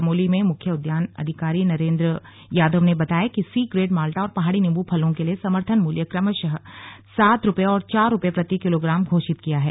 चमोली में मुख्य उद्यान अधिकारी नरेन्द्र यादव ने बताया कि सी ग्रेड माल्टा और पहाड़ी नींबू फलों के लिए समर्थन मूल्य क्रमशः सात रुपये और चार रुपये प्रति किलोग्राम घोषित किया है